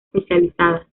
especializada